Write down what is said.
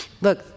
Look